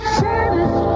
service